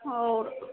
आओर